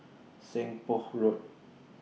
Seng Poh Road